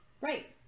right